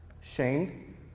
shamed